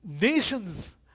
nations